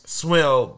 swell